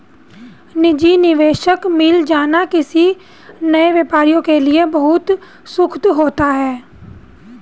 निजी निवेशक मिल जाना किसी नए व्यापारी के लिए बहुत सुखद होता है